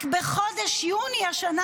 רק בחודש יוני השנה,